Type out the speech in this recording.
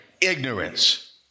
Ignorance